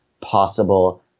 possible